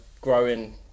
growing